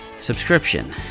subscription